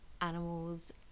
animals